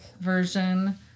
version